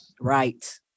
Right